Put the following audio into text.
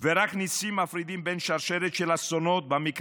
ורק ניסים מפרידים בין שרשרת אסונות במקרה